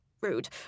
rude